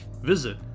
Visit